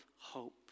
hope